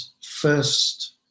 first